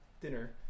dinner